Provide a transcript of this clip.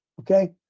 okay